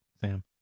Sam